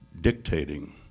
dictating